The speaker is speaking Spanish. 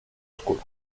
oscuro